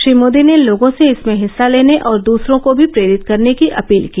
श्री मोदी ने लोगों से इसमें हिस्सा लेने और दूसरों को भी प्रेरित करने की अपील की